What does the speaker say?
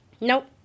Nope